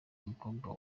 umukobwa